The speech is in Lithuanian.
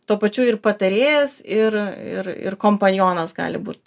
tuo pačiu ir patarėjas ir ir ir kompanionas gali būt